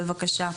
בבקשה.